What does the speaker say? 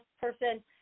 person